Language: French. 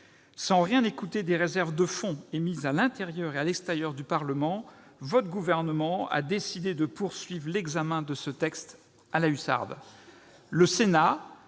Sans rien écouter des réserves de fond émises à l'intérieur comme à l'extérieur du Parlement, votre gouvernement a décidé de poursuivre l'examen de ce texte, à la hussarde.